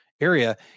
area